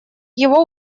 его